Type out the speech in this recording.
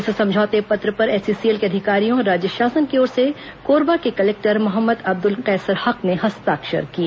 इस समझौते पत्र पर एसईसीएल के अधिकारियों और राज्य शासन की ओर से कोरबा के कलेक्टर मोहम्मद अब्द्ल कैसर हक ने हस्ताक्षर किए